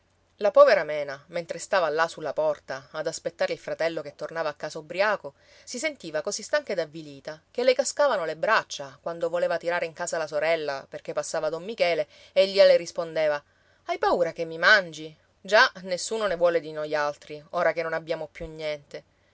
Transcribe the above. la povera mena mentre stava là sulla porta ad aspettare il fratello che tornava a casa ubbriaco si sentiva così stanca ed avvilita che le cascavano le braccia quando voleva tirare in casa la sorella perché passava don michele e lia le rispondeva hai paura che mi mangi già nessuno ne vuole di noi altri ora che non abbiamo più niente